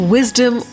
Wisdom